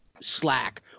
Slack